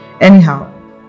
Anyhow